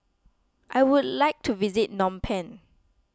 I would like to visit Phnom Penh